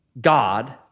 God